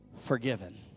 forgiven